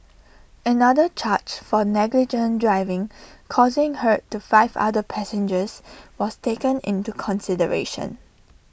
another charge for negligent driving causing hurt to five other passengers was taken into consideration